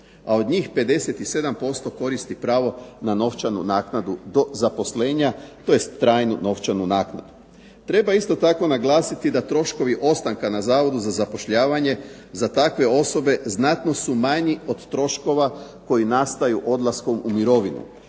a od njih 57% koristi pravo na novčanu naknadu do zaposlenja, tj. trajnu novčanu naknadu. Treba isto tako naglasiti da troškovi ostanka na Zavodu za zapošljavanje za takve osobe znatno su manji od troškova koji nastaju odlaskom u mirovinu,